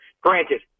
granted